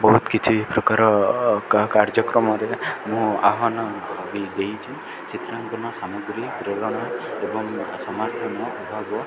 ବହୁତ କିଛି ପ୍ରକାର କାର୍ଯ୍ୟକ୍ରମରେ ମୁଁ ଆହ୍ୱାନ ବି ଦେଇଚି ଚିତ୍ରାଙ୍କନ ସାମଗ୍ରୀ ପ୍ରେରଣା ଏବଂ ସମର୍ଥନ ଅଭାବ